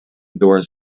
doors